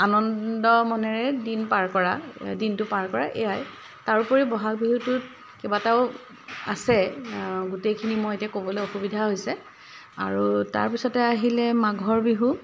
আনন্দ মনেৰে দিন পাৰ কৰা দিনটো পাৰ কৰা এয়াই তাৰোপৰি বহাগ বিহুটোত কেইবাটাও আছে গোটেইখিনি মই এতিয়া ক'বলৈ অসুবিধা হৈছে আৰু তাৰপিছতে আহিলে মাঘৰ বিহু